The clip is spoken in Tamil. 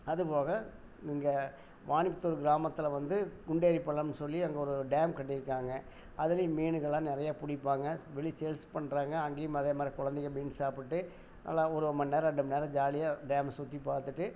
அதுபோக இங்கே வானித்தூர் கிராமத்தில் வந்து குண்டேரிப்பள்ளம்னு சொல்லி அங்கே ஒரு டேம் கட்டிருக்காங்க அதுலயும் மீனுங்களாம் நிறைய பிடிப்பாங்க மீனையும் சேல்ஸ் பண்ணுறாங்க அங்கேயும் அதே மாதிரி குழந்தைங்க மீன் சாப்பிட்டு நல்லா ஒரு மண்நேரம் இரண்டு மண்நேரம் ஜாலியாக டேமை சுற்றி பார்த்துட்டு